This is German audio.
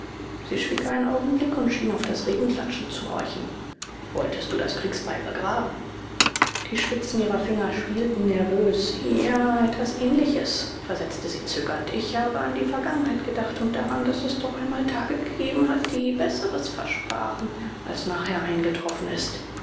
sie schwieg einen augenblick und schien auf das regenklatschen zu horchen wolltest du das kriegsbeil begraben fragte er die spitzen ihrer finger spielten nervös ja etwas ähnliches versetzte sie zögernd ich habe an die vergangenheit gedacht und daran daß es doch einmal tage gegeben hat die besseres versprachen als nachher eingetroffen ist